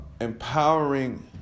empowering